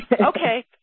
okay